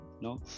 no